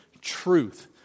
truth